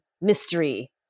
mystery